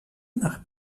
nach